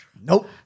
Nope